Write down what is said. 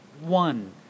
one